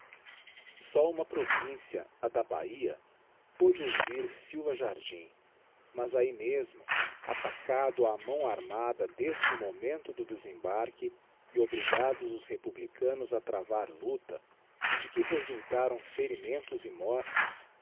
só uma província a da bahia poude ouvir silva jardim mas ahi mesmo atacado a mão armada desde o momento do desembarque e obrigados os republicanos a travar lucta de que resultaram ferimentos e mortes